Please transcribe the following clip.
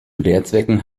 lehrzwecken